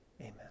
amen